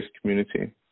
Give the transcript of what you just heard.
community